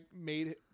made –